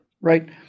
right